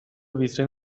ویترین